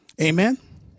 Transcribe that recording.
Amen